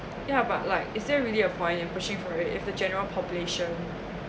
ya but like is there really a point pushing for it if the general population